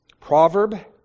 proverb